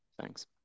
thanks